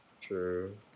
True